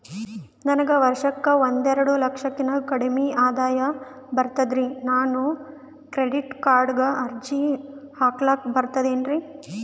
ನನಗ ವರ್ಷಕ್ಕ ಒಂದೆರಡು ಲಕ್ಷಕ್ಕನ ಕಡಿಮಿ ಆದಾಯ ಬರ್ತದ್ರಿ ನಾನು ಕ್ರೆಡಿಟ್ ಕಾರ್ಡೀಗ ಅರ್ಜಿ ಹಾಕ್ಲಕ ಬರ್ತದೇನ್ರಿ?